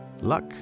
Luck